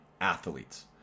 athletes